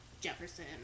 Jefferson